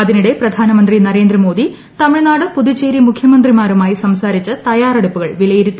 അതിനിടെ പ്രധാനമന്ത്രി നരേന്ദ്രമോദി തമിഴ്നാട് പുതുച്ചേരി മുഖ്യമന്ത്രിമാരുമായി സംസാരിച്ച് തയ്യാറെടുപ്പുകൾ വിലയിരുത്തി